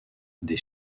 des